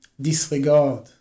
disregard